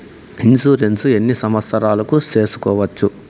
Insurance ఎన్ని సంవత్సరాలకు సేసుకోవచ్చు?